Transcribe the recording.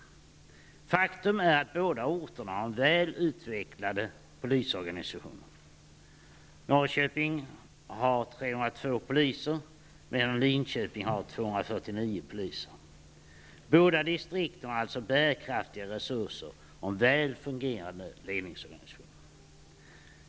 Faktum är att båda orterna har väl utvecklade polisorganisationer. Norrköping har 302 poliser, medan Linköping har 249 poliser. Båda distrikten har alltså bärkraftiga resurser och en väl fungerande ledningsorganisation.